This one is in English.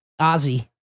Ozzy